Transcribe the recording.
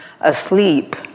asleep